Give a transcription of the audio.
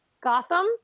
Gotham